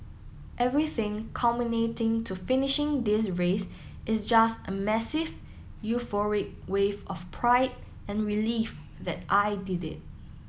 everything culminating to finishing this race is just a massive euphoric wave of pride and relief that I did it